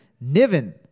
Niven